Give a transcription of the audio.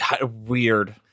weird